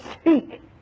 speak